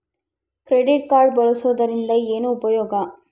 Credit card ಬಳಸುವದರಿಂದ ಏನು ಉಪಯೋಗ?